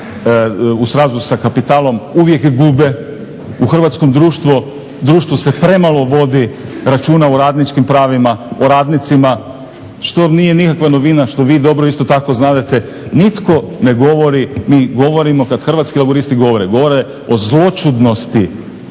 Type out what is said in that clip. u srazu sa kapitalom uvijek gube, u hrvatskom društvu se premalo vodi računa o radničkim pravima, o radnicima što nije nikakva novina i što vi dobro isto tako znadete. Nitko ne govori, mi govorimo, kad Hrvatski laburisti govore, govore o zloćudnosti